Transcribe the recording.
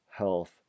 health